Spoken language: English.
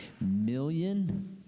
million